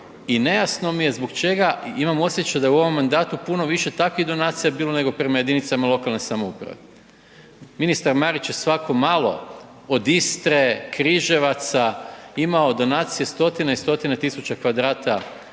i nejasno mi je zbog čega imam osjećaj da u ovom mandatu puno više takvih donacija bilo nego prema jedinicama lokalne samouprave. Ministar Marić je svako malo, od Istre, Križevaca imao donacije stotine i stotine tisuća kvadrata